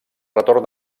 retorn